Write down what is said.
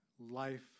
life